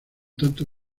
tanto